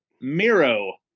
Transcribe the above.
Miro